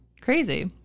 crazy